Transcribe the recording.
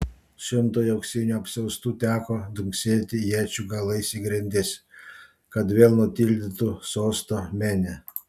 šimtui auksinių apsiaustų teko dunksėti iečių galais į grindis kad vėl nutildytų sosto menę